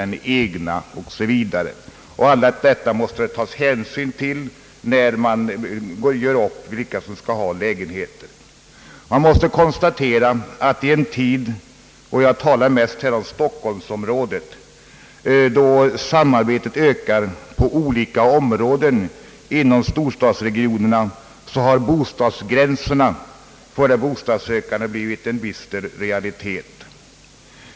En rad andra typer finns; och allt detta skall förmedlingarna ta hänsyn till vid fördelningen av lägenheter. Man måste konstatera — jag tänker nu mest på stockholmsområdet — att i en tid då samarbetet på olika områden ökar inom storstadsregionerna har bostadsförmedlingarnas gränser blivit en bister realitet för de bostadssökande.